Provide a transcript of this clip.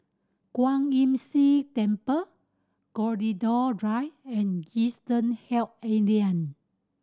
Kwan Imm See Temple Gladiola Drive and Eastern Health Alliance